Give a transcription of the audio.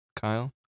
Kyle